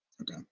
Okay